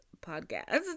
podcast